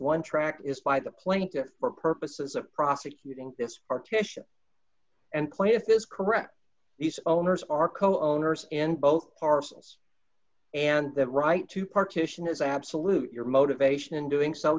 one track is by the plank for purposes of prosecuting this partition and plaintiff is correct these owners are co owners in both parcels and that right to partition is absolute your motivation in doing so